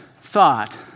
thought